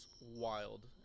wild